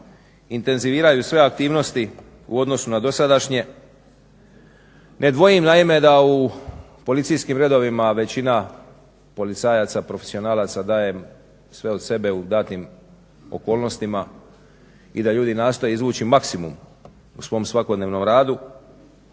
intenziviraju sve aktivnosti u odnosu na dosadašnje. Ne dvojim naime da u policijskim redovima većina policajaca profesionalaca daje sve od sebe u datim okolnostima i da ljudi nastoje izvući maksimum u svom svakodnevnom radu,